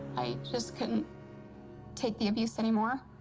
i just couldn't take the abuse anymore.